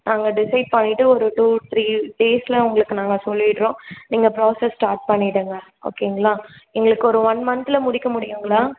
நாங்கள் டிசைட் பண்ணிவிட்டு ஒரு டூ த்ரீ டேஸ்சில் உங்களுக்கு நாங்கள் சொல்லிடுறோம் நீங்கள் ஃப்ராசஸ் ஸ்டார்ட் பண்ணிவிடுங்க ஓகேங்களா எங்களுக்கு ஒரு ஒன் மந்த்தில் முடிக்க முடியுங்களா